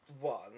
one